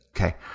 Okay